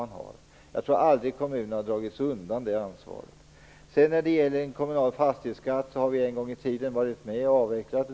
Jag tror inte att kommunerna någonsin undandragit sig det ansvaret. Den kommunala fastighetsskatten har vi ju en gång i tiden varit med om att avveckla.